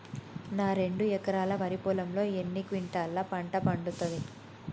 నా రెండు ఎకరాల వరి పొలంలో ఎన్ని క్వింటాలా పంట పండుతది?